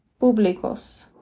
públicos